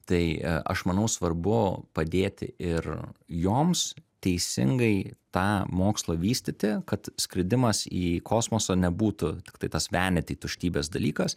tai aš manau svarbu padėti ir joms teisingai tą mokslą vystyti kad skridimas į kosmosą nebūtų tiktai tas veniti tuštybės dalykas